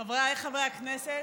חבריי חברי הכנסת,